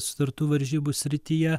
sutartų varžybų srityje